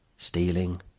stealing